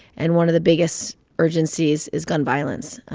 and one of the biggest urgencies is gun violence.